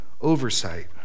oversight